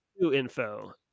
info